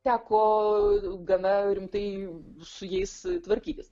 teko gana rimtai su jais tvarkytis